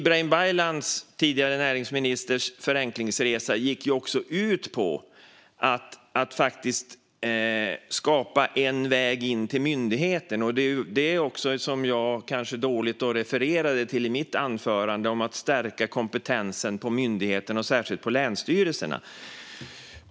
Den tidigare näringsministern Ibrahim Baylans förenklingsresa gick också ut på att skapa en väg in till myndigheten. Jag kanske refererade till det dåligt i mitt anförande när jag talade om att stärka kompetensen på myndigheterna och särskilt på länsstyrelserna.